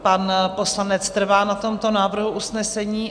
Pan poslanec trvá na tomto návrhu usnesení?